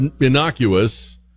innocuous